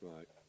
Right